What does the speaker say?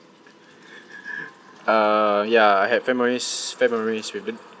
uh ya I had memories memories with him